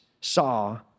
saw